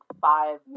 five